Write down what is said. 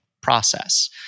process